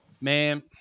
man